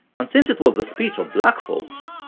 and since it was the speech of black folks,